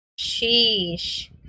Sheesh